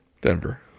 Denver